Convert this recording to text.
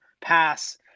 pass